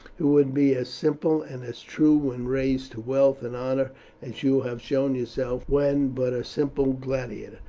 who would be as simple and as true when raised to wealth and honour as you have shown yourself when but a simple gladiator.